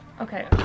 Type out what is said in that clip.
Okay